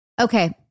Okay